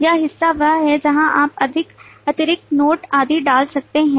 यह हिस्सा वह है जहां आप अधिक अतिरिक्त नोट आदि डाल सकते हैं